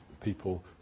people